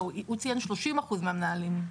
הוא ציין 30% מהמנהלים.